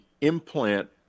implant